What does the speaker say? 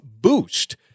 boost